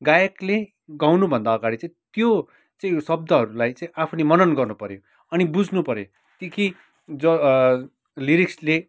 गायकले गाउनुभन्दा अगाडि चाहिँ त्यो चाहिँ शब्दहरूलाई चाहिँ आफूले मनन गर्नुपर्यो अनि बुझ्नुपर्यो कि के लिरिक्सले